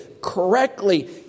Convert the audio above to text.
correctly